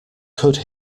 could